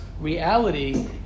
reality